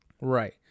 Right